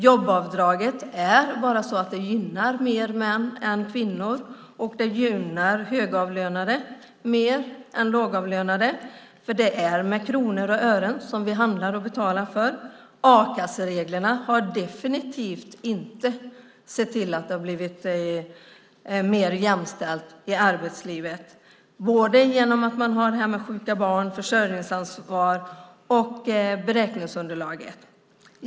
Jobbavdraget gynnar fler män än kvinnor, och det gynnar högavlönade mer än lågavlönade, för det är kronor och ören som vi handlar med och betalar med. A-kassereglerna har definitivt inte sett till att det har blivit mer jämställt i arbetslivet, genom både detta med sjuka barn, försörjningsansvar och beräkningsunderlaget.